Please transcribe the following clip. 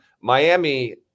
Miami